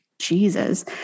Jesus